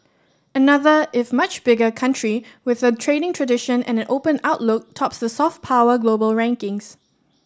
another if much bigger country with a trading tradition and an open outlook tops the soft power global rankings